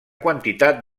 quantitat